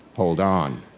hold on.